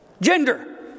Gender